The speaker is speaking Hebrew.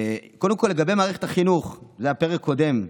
קודם כול, לגבי מערכת החינוך, זה היה הפרק הקודם.